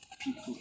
People